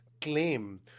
claim